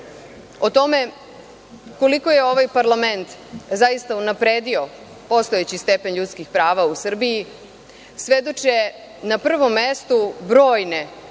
o tome koliko je ovaj parlament zaista unapredio postojeći stepen ljudskih prava u Srbiji svedoče na prvom mestu brojne